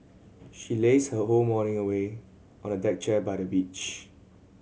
she lazed her whole morning away on a deck chair by the beach